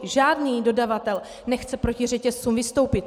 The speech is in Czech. Žádný dodavatel nechce proti řetězcům vystoupit!